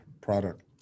product